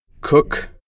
Cook